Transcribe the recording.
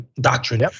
Doctrine